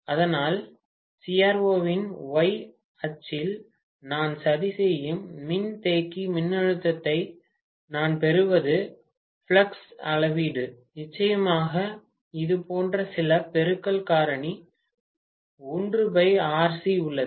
அதனால் CRO இன் Y அச்சில் நான் சதி செய்யும் மின்தேக்கி மின்னழுத்தமாக நான் பெறுவது a ஃப்ளக்ஸ் அளவீடு நிச்சயமாக இது போன்ற சில பெருக்கல் காரணி உள்ளது